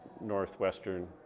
northwestern